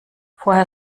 vorher